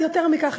יותר מכך,